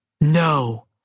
No